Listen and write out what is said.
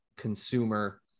consumer